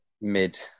Mid